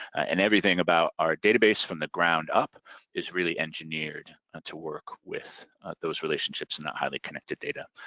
and everything about our database from the ground up is really engineered to work with those relationships and that highly connected data.